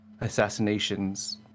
assassinations